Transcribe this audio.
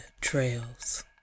trails